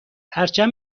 پرچم